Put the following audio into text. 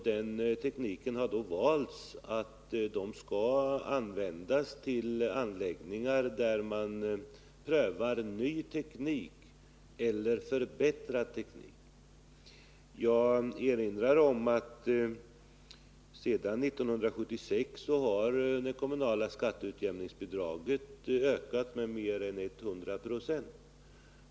Den metoden har i stället valts att pengarna skall utgå till anläggningar, vid vilka man prövar ny eller förbättrad teknik. Jag erinrar om att sedan 1976 har det kommunala skatteutjämningsbidraget ökat med mer än 100 6.